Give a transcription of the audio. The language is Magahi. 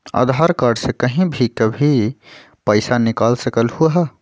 आधार कार्ड से कहीं भी कभी पईसा निकाल सकलहु ह?